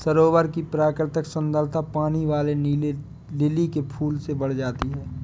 सरोवर की प्राकृतिक सुंदरता पानी वाले नीले लिली के फूल से बढ़ जाती है